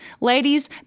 Ladies